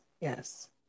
yes